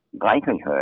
likelihood